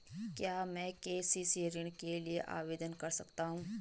क्या मैं के.सी.सी ऋण के लिए आवेदन कर सकता हूँ?